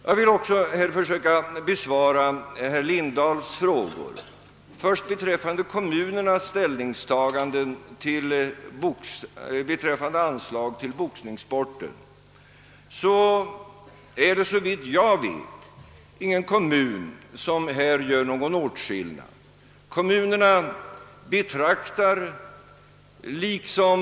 Jag vill också försöka besvara herr Lindahls frågor. Vad först beträffar kommunernas ställningstaganden = till anslag åt boxningssporten vill jag säga att såvitt jag vet ingen kommun gör någon åtskillnad mellan boxning och andra idrottsgrenar.